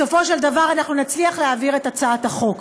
בסופו של דבר אנחנו נצליח להעביר את הצעת החוק.